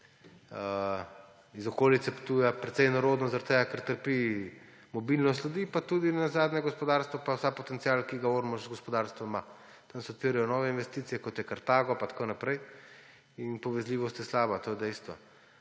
iz okolice Ptuja precej nerodno, ker trpi mobilnost ljudi pa tudi nenazadnje gospodarstvo in ves potencial, ki ga Ormož z gospodarstvom ima. Tam se odpirajo nove investicije, kot je Carthago in tako naprej. In povezljivost je slaba, to je dejstvo,